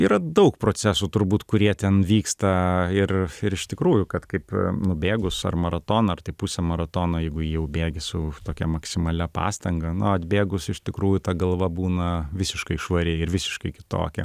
yra daug procesų turbūt kurie ten vyksta ir iš tikrųjų kad kaip nubėgus ar maratoną ar tai pusę maratono jeigu jau bėgi su tokia maksimalia pastanga na o atbėgus iš tikrųjų ta galva būna visiškai švariai ir visiškai kitokia